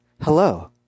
Hello